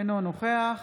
אינו נוכח